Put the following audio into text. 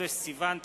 בחודש סיוון תשס"ט,